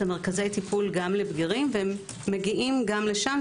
את מרכזי הטיפול גם לבגירים והם מגיעים גם לשם.